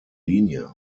linie